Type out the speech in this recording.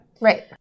Right